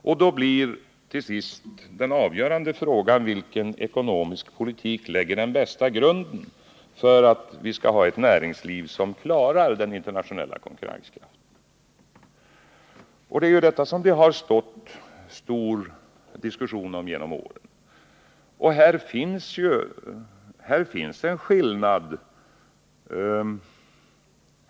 Och då blir till slut den avgörande frågan vilken ekonomisk politik som lägger den bästa grunden till ett näringsliv som klarar den internationella konkurrensen. Det är detta som det har förts omfattande diskussioner om genom åren.